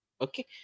Okay